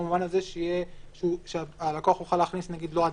במובן הזה שהלקוח יוכל להכניס לא רק